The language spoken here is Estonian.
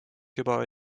juba